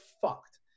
fucked